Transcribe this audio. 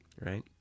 right